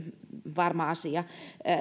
varma asia